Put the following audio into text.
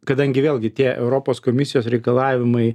kadangi vėlgi tie europos komisijos reikalavimai